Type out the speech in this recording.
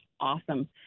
awesome